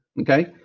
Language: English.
Okay